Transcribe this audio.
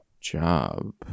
job